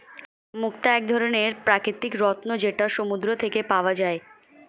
মুক্তা এক ধরনের প্রাকৃতিক রত্ন যেটা সমুদ্র থেকে পাওয়া যায়